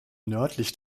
nördlich